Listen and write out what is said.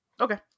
Okay